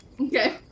Okay